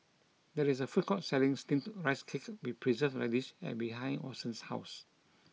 there is a food court selling steamed rice cake with preserved radish and behind Orson's house